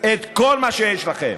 את כל מה שיש לכם,